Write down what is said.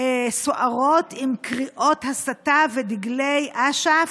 סוערות עם קריאות הסתה ודגלי אש"ף,